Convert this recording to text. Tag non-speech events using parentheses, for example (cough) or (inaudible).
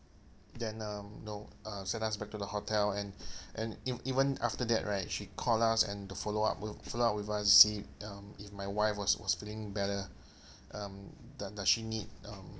then um you know uh send us back to the hotel and (breath) and ev~ even after that right she called us and the follow up wi~ follow up with us to see um if my wife was was feeling better um does does she need um